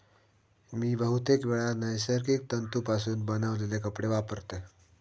मी बहुतेकवेळा नैसर्गिक तंतुपासून बनवलेले कपडे वापरतय